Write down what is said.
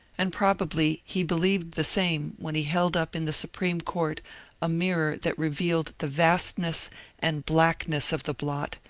and probably he believed the same when he held up in the supreme court a mirror that revealed the vastness and blackness of the blot,